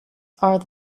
are